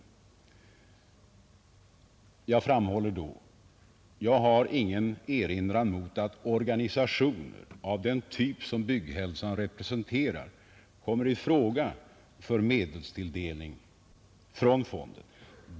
Jag framhåller då: Jag har ingen erinran mot att organisationer av den typ som Bygghälsan representerar kommer i fråga för medelstilldelning från fonden.